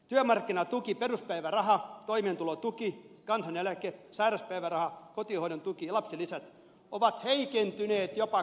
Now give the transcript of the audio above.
työmarkkinatuki peruspäiväraha toimeentulotuki kansaneläke sairauspäiväraha kotihoidon tuki ja lapsilisät on heikentynyt jopa kolmasosalla